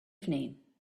evening